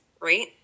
right